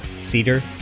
cedar